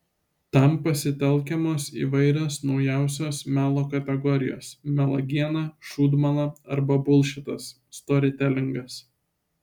tam pasitelkiamos įvairios naujausios melo kategorijos melagiena šūdmala arba bulšitas storytelingas